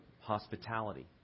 hospitality